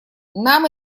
нам